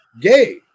gay